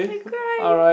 I cry